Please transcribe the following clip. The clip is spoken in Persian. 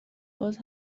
باز